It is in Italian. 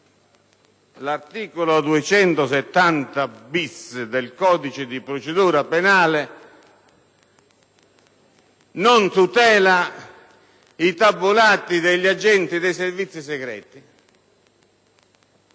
L'articolo 270-*bis* del codice di procedura penale non tutela i tabulati degli agenti dei Servizi segreti;